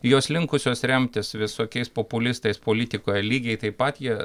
jos linkusios remtis visokiais populistais politikoje lygiai taip pat jie